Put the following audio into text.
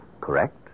correct